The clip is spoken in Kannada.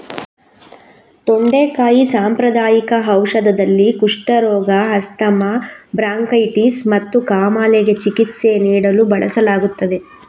ತೊಂಡೆಕಾಯಿ ಸಾಂಪ್ರದಾಯಿಕ ಔಷಧದಲ್ಲಿ, ಕುಷ್ಠರೋಗ, ಆಸ್ತಮಾ, ಬ್ರಾಂಕೈಟಿಸ್ ಮತ್ತು ಕಾಮಾಲೆಗೆ ಚಿಕಿತ್ಸೆ ನೀಡಲು ಬಳಸಲಾಗುತ್ತದೆ